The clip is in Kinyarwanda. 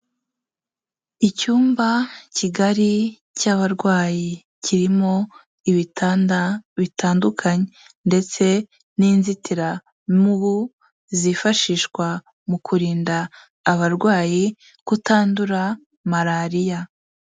Icyumba kigari cy'abarwayi, kirimo ibitanda bitandukanye ndetse n'inzitiramubu zifashishwa mu kurinda abarwayi kutandura malariya.